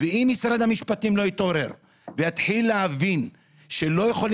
משרד המשפטים צריך להתעורר ולהבין שאי-אפשר